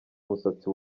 umusatsi